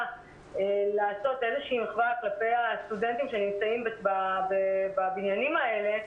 לעשות איזושהי מחווה כלפי הסטודנטים שנמצאים בבניינים האלה.